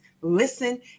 listen